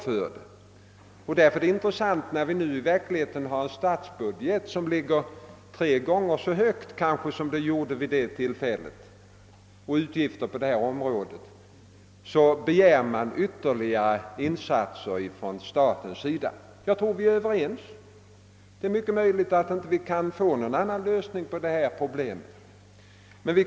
Därför är det intressant att man nu, när vi har en statsbudget som ligger kanske tre gånger så högt som vid detta tillfälle begär ytterligare insatser från staten. Jag tror att vi är överens; det är mycket möjligt att vi inte kan få någon annan lösning på detta problem.